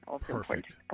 Perfect